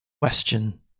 question